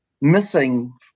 missing